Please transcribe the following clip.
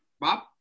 Bob